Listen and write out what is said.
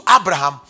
Abraham